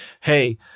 hey